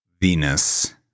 Venus